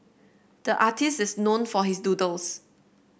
the artist is known for his doodles